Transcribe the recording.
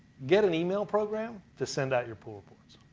get an email program to send out your pool reports.